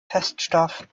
feststoff